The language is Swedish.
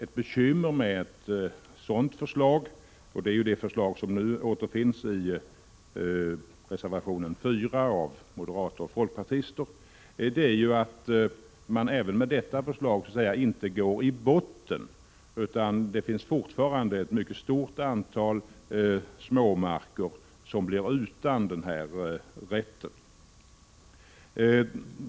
Ett bekymmer med ett sådant förslag, som återfinns i reservation 4 av moderater och folkpartister, är att man inte går till botten med problemet. Ett mycket stort antal småområden skulle fortfarande bli utan denna rätt.